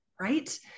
right